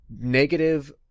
negative